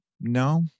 No